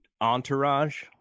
Entourage